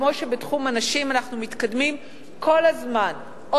שכמו שאנחנו מתקדמים כל הזמן בתחום הנשים,